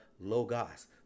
Logos